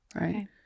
right